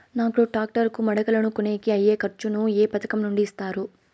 నాకు టాక్టర్ కు మడకలను కొనేకి అయ్యే ఖర్చు ను ఏ పథకం నుండి ఇస్తారు?